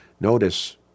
notice